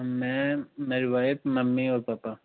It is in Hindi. मैं मेरी वाइफ़ मम्मी और पापा